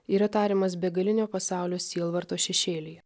yra tariamas begalinio pasaulio sielvarto šešėlyje